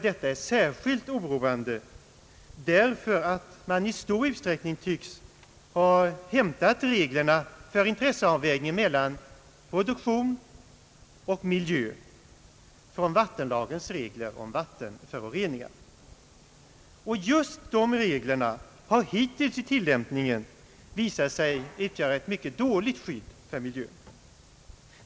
Detta är särskilt oroande därför att man i stor utsträckning tycks ha hämtat reglerna för intresseavvägning mellan produktion och miljö från vattenlagens regler om vattenföroreningar. Just de reglerna har hittills i tillämpningen visat sig utgöra ett mycket dåligt skydd för miljön.